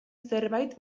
zerbait